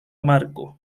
marco